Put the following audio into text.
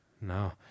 no